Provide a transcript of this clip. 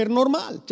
normal